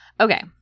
Okay